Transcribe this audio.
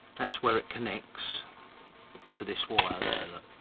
that's where it connects to this wire there look